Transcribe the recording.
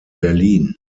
berlin